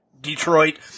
Detroit